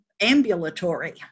ambulatory